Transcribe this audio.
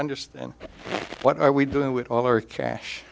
understand what are we doing with all our cash